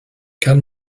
kann